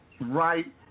right